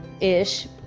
Ish